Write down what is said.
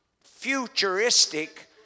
futuristic